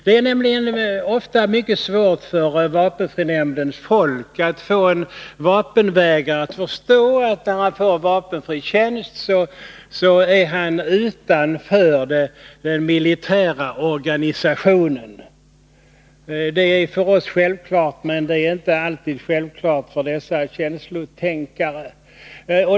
Det är nämligen ofta mycket svårt för vapenfrinämndens folk att få en vapenvägrare att förstå att när han får vapenfri tjänst är han utanför den militära organisationen. Det är självklart för oss, men det är inte alltid självklart för dessa känslotänkare.